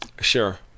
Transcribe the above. sure